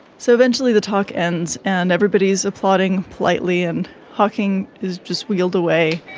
so eventually the talk ends and everybody is applauding politely, and hawking is just wheeled away.